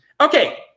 Okay